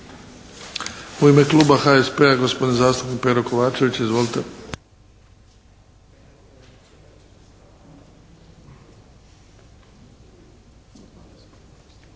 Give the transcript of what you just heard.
U ime kluba HSP-a, zastupnik Pero Kovačević. Izvolite.